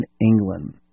England